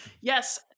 yes